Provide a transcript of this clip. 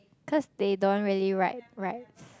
cause they don't really ride rides